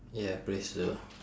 yeah please do